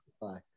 Bye